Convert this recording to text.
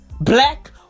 Black